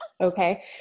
okay